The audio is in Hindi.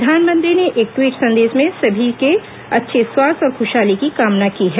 प्रधानमंत्री ने एक ट्वीट संदेश में सभी के अच्छे स्वास्थ्य और खुशहाली की कामना की है